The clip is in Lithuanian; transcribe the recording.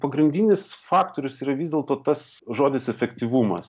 pagrindinis faktorius yra vis dėlto tas žodis efektyvumas